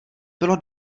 bylo